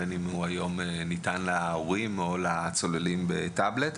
בין אם הוא היום ניתן להורים או לצוללים בטאבלט.